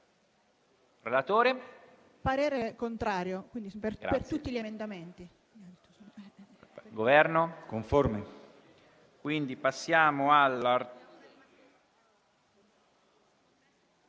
parere contrario su tutti gli emendamenti.